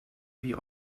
wie